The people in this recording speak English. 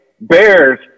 Bears